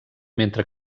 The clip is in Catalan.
mentre